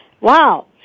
Wow